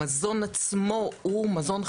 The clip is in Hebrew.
המזון עצמו הוא מזון חדש.